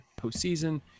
postseason